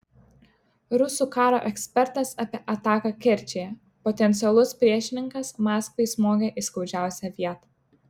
rusų karo ekspertas apie ataką kerčėje potencialus priešininkas maskvai smogė į skaudžiausią vietą